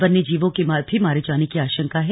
वन्य जीवों के भी मारे जाने की आशंका है